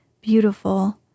beautiful